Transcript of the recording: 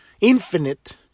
Infinite